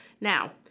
Now